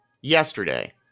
Yesterday